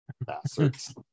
Bastards